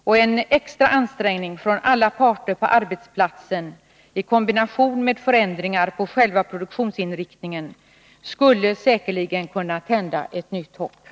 Och en extra ansträngning från alla parter på arbetsplatsen i kombination med förändringar på själva produktionsinriktningen skulle säkerligen kunna tända ett nytt hopp.